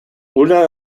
una